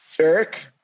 eric